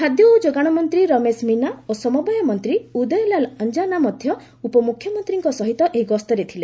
ଖାଦ୍ୟ ଓ ଯୋଗାଣ ମନ୍ତ୍ରୀ ରମେଶ ମିନା ଓ ସମବାୟ ମନ୍ତ୍ରୀ ଉଦୟ ଲାଲ ଅଞ୍ଜାନା ମଧ୍ୟ ଉପମୁଖ୍ୟମନ୍ତ୍ରୀଙ୍କ ସହିତ ଏହି ଗସ୍ତରେ ଥିଲେ